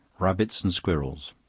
rabbits and squirrels.